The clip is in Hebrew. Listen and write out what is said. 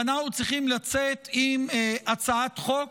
ואנחנו צריכים לצאת עם הצעת חוק